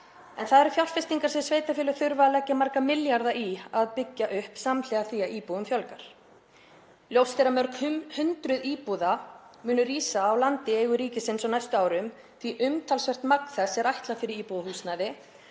en það eru fjárfestingar sem sveitarfélög þurfa að leggja marga milljarða í að byggja upp samhliða því að íbúum fjölgar. Ljóst er að mörg hundruð íbúðir munu rísa á land í eigu ríkisins á næstu árum því umtalsvert magn þess er ætlað fyrir íbúðarhúsnæði